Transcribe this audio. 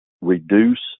reduce